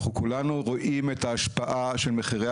אנחנו כולנו רואים את ההשפעה של מחירי